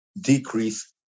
decrease